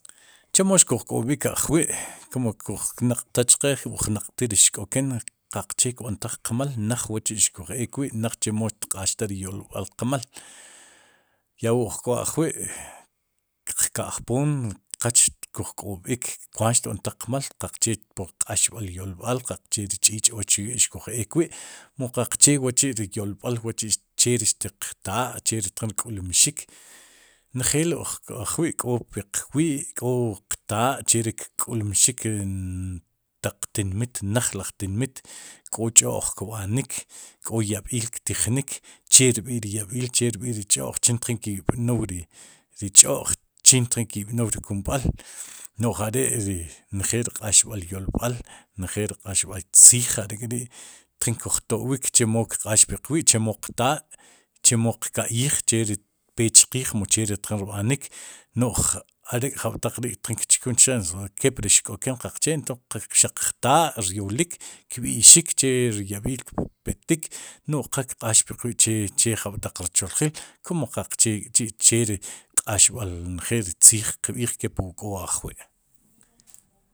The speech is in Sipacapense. Chemo xkuj k'ob'ik ajwi' kun uj naq'taj chqe uj naq'tlik ri xk'oken qaqchee kb'an taaj qmal naaj wa'ikuj ek wi' naj chomo xq'axtaj ri yolb'al qmal ya wu uj k'o ajwi'qka'jpoom qach kuj k'ob'ik kwaat xtb'antaj qmal qaqche q'axb'al yolb'al qaqche ri ch'ich' wa'chi'ixkuj eek wi' mu qaqche wa'chi'ri yolb'al wa'chi'che ri xtiq taa' che ri tjin kk'ulmxik, njeel ajwi'k'o piqwi' i k'o qtaa che ri kk'ulmxik taq tinmit naaj naaj taq laj tinmiit kó ch'o'j kb'anik k'o yab'iil ktij nik che rb'i ri yab'iil che rb'i' ri ch'o'j chin tjin ki'b'noy ri ch'o'j chin tjun ki'pnoy ri kumb'al no'j are ri njeel ri q'aax b'al yolb'al njeel ri q'axb'al tziij are'k'ri' tjin kuj to'wiik chemo kq'aax puq wi'che qtaa chemo qka'yij cheri xtpechqiij mu che ri tjin kb'anik no'j arek'jab'taq ri' tjin kchkun chqe kepli ck'oken qaqchee ato xaq qtaa ryolik kb'i'xik che ri yab'iil tpetik nu'j qa kq'aax puq wi' che che jab'taq rcholjil kum qaqche k'chi che ri qáxb'al njeel ri tziij qb'iij kepli k'o ajwi'.